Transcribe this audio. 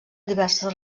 diverses